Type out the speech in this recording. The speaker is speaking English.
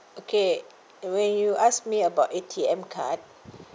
okay when you asked me about A_T_M card